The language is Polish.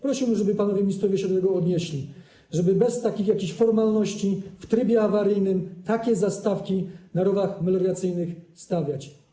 Prosiłbym, żeby panowie ministrowie się do tego odnieśli, żeby bez takich jakichś formalności, w trybie awaryjnym takie zastawki na rowach melioracyjnych stawiać.